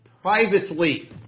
privately